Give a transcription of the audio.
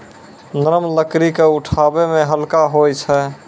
नरम लकड़ी क उठावै मे हल्का होय छै